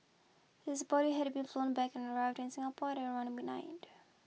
his body had been flown back and arrived in Singapore at around midnight